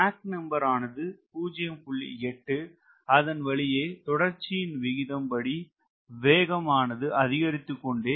8 அதன் வழியே தொடர்ச்சி விதியின் படி வேகம் ஆனது அதிகரித்துக்கொண்டே இருக்கும்